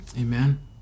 Amen